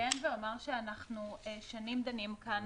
אני אציין ואומר שאנחנו שנים דנים כאן